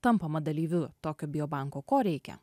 tampama dalyviu tokio biobanko ko reikia